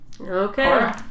Okay